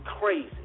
crazy